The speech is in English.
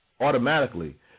automatically